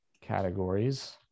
categories